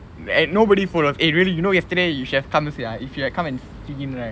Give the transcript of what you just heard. eh nobody follow eh really you know yesterday you should have come to see ah if you had come and sit in right